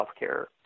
healthcare